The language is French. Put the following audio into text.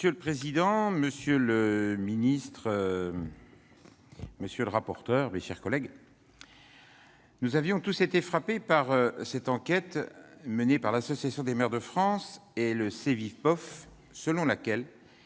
Monsieur le président, monsieur le ministre, mes chers collègues, nous avons tous été frappés par cette enquête menée par l'Association des maires de France et le Cevipof, selon laquelle